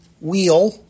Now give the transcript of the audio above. wheel